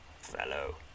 fellow